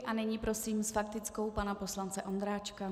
A nyní prosím s faktickou pana poslance Ondráčka.